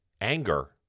anger